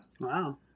Wow